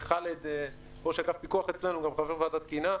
חאלד, ראש אגף פיקוח אצלנו, וגם חבר ועדת תקינה.